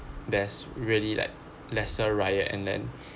there's really like lesser riot and then